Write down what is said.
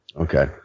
Okay